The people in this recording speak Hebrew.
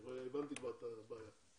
הבנתי כבר את הבעיה.